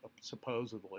supposedly